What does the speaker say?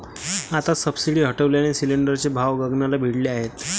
आता सबसिडी हटवल्याने सिलिंडरचे भाव गगनाला भिडले आहेत